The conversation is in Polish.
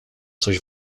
coś